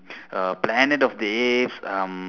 uh planet of the apes um